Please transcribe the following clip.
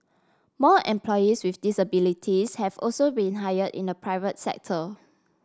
more employees with disabilities have also been hire in the private sector